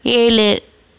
ஏழு